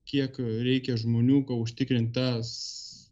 kiek reikia žmonių užtikrint tas